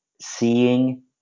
seeing